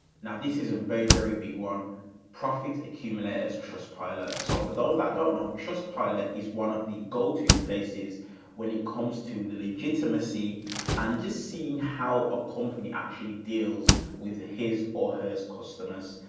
now, this is a very, very big one profits accumulated as trustpilot. so for those that don't know trustpilot is one of the goto places when it comes to the legitimacy and just seeing how a company actually deals with his or hers customers.